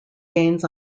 gains